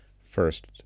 first